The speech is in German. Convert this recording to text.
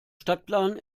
stadtplan